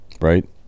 right